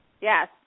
Yes